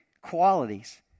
qualities